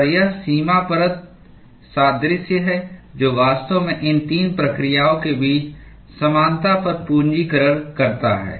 और यह सीमा परत सादृश्य है जो वास्तव में इन 3 प्रक्रियाओं के बीच समानता पर पूंजीकरण करता है